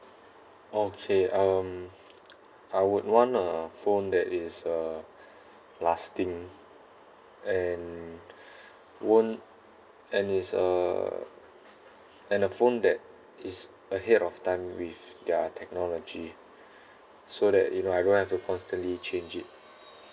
okay um I would want a phone that is uh lasting and won't and is uh and a phone that is ahead of time with their technology so that if I don't have to constantly change it